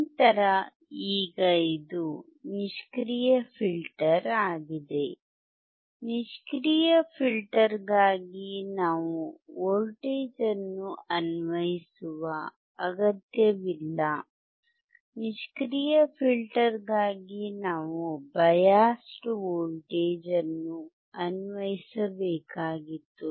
ನಂತರ ಈಗ ಇದು ನಿಷ್ಕ್ರಿಯ ಫಿಲ್ಟರ್ ಆಗಿದೆ ನಿಷ್ಕ್ರಿಯ ಫಿಲ್ಟರ್ಗಾಗಿ ನಾವು ವೋಲ್ಟೇಜ್ ಅನ್ನು ಅನ್ವಯಿಸುವ ಅಗತ್ಯವಿಲ್ಲ ನಿಷ್ಕ್ರಿಯ ಫಿಲ್ಟರ್ಗಾಗಿ ನಾವು ಬಯಾಸ್ಡ್ ವೋಲ್ಟೇಜ್ ಅನ್ನು ಅನ್ವಯಿಸಬೇಕಾಗಿತ್ತು